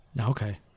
okay